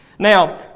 Now